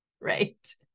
Right